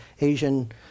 Asian